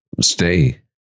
stay